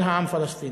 על העם הפלסטיני.